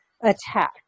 attack